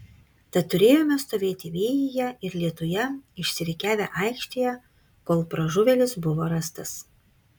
tad turėjome stovėti vėjyje ir lietuje išsirikiavę aikštėje kol pražuvėlis buvo rastas